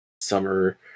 summer